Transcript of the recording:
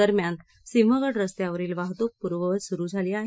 दरम्यान सिंहगड रस्त्यावरील वाहतूक पूर्ववत सुरु झाली आहे